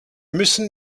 müssen